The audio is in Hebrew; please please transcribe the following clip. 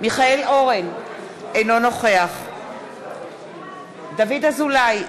מיכאל אורן, אינו נוכח דוד אזולאי,